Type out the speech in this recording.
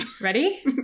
Ready